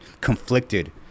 conflicted